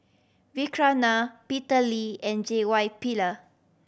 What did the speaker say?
Vikram Nair Peter Lee and J Y Pillay